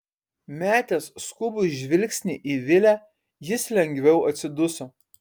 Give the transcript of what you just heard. metęs skubų žvilgsnį į vilę jis lengviau atsiduso